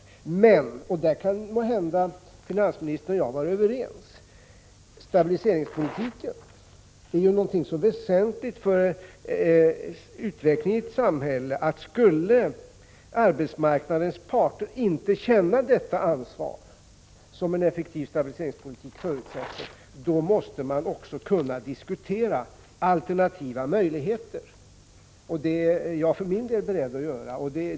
Men -— och där kan finansministern och jag måhända vara överens — stabiliseringspolitiken är någonting som är så väsentligt för utvecklingen i ett samhälle, att om arbetsmarknadens parter inte skulle känna det ansvar som en effektiv stabiliseringspolitik förutsätter, då måste man också kunna diskutera alternativa möjligheter. Det är jag för min del beredd att göra.